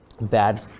bad